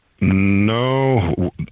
No